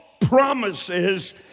promises